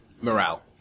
Morale